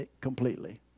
completely